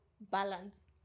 balance